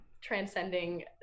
transcending